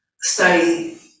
study